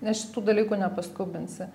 nes šitų dalykų nepaskubinsi